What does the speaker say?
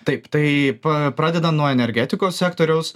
taip taip pradedant nuo energetikos sektoriaus